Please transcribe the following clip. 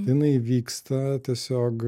jinai vyksta tiesiog